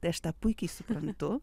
tai aš tą puikiai suprantu